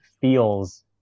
feels